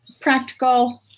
practical